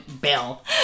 Bill